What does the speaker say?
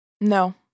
No